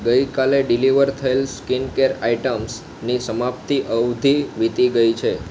ગઈકાલે ડિલિવર થયેલ skin care આઈટમ્સની સમાપ્તિ અવધિ વીતી ગઈ છે